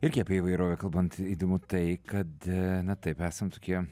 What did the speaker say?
ir kai apie įvairovę kalbant įdomu tai kad na taip esam tokie